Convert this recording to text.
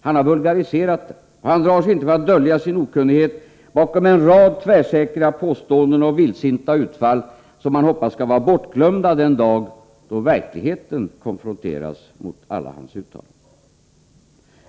Han har vulgariserat den, och han drar sig inte för att dölja sin okunnighet bakom en rad tvärsäkra påståenden och vildsinta utfall, som han hoppas skall vara bortglömda den dag då verkligheten konfronteras med alla hans uttalanden.